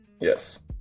Yes